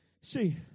See